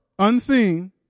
unseen